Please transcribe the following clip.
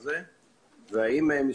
שלום לכולם,